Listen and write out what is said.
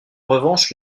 revanche